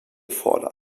fordern